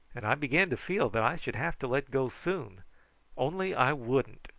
and i began to feel that i should have to let go soon only i wouldn't,